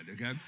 okay